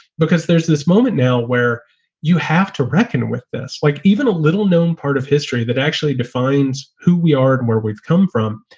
because there's this moment now where you have to reckon with this, like even a little known part of history that actually defines who we are and where we've come from.